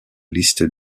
liste